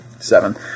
Seven